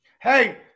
Hey